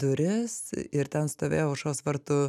duris ir ten stovėjo aušros vartų